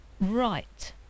right